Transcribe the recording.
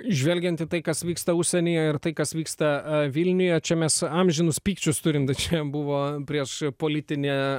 žvelgiant į tai kas vyksta užsienyje ir tai kas vyksta vilniuje čia mes amžinus pykčius turim šiandien buvo prieš politinę